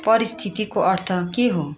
परिस्थितिको अर्थ के हो